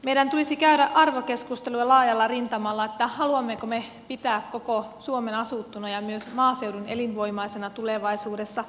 meidän tulisi käydä arvokeskustelua laajalla rintamalla siitä haluammeko me pitää koko suomen asuttuna ja myös maaseudun elinvoimaisena tulevaisuudessa